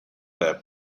there